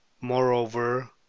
moreover